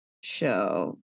show